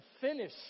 finish